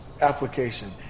application